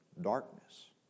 darkness